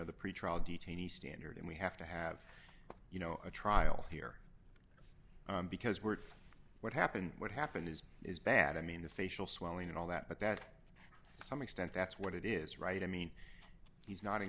the pretrial detainee standard and we have to have you know a trial here because we're what happened what happened is is bad i mean the facial swelling and all that but that some extent that's what it is right i mean he's not in